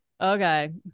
Okay